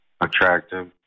attractive